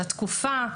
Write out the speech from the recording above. של התקופה.